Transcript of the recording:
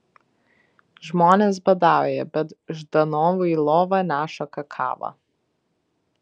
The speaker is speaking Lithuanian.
žmonės badauja bet ždanovui į lovą neša kakavą